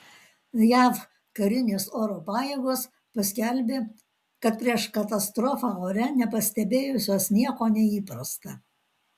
jav karinės oro pajėgos paskelbė kad prieš katastrofą ore nepastebėjusios nieko neįprasta